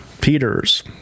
Peters